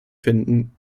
finden